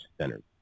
centered